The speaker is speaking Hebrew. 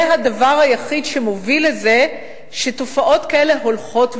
זה הדבר היחיד שמוביל לזה שתופעות כאלה הולכות ונעלמות.